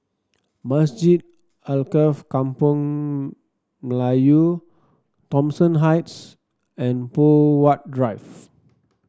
Masjid Alkaff Kampung Melayu Thomson Heights and Poh Huat Drive